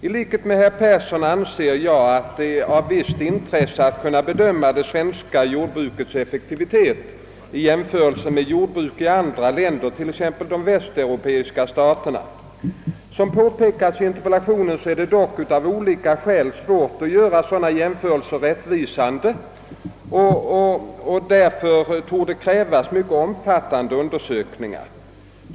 I likhet med herr Persson anser jag att det är av visst intresse att kunna bedöma det svenska jordbrukets effektivitet i jämförelse med jordbruket i andra länder, t.ex. de västeuropeiska staterna. Såsom påpekats i interpellationen är det dock av olika skäl svårt att göra sådana jämförelser rättvisande och härför torde krävas mycket omfattande undersökningar.